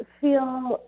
feel